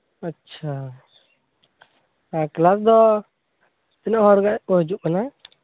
ᱟᱪᱪᱷᱟ ᱠᱮᱞᱟᱥ ᱫᱚ ᱛᱤᱱᱟᱹᱜ ᱦᱚᱲ ᱜᱟᱱ ᱠᱚ ᱦᱤᱡᱩᱜ ᱠᱟᱱᱟ